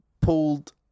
pulled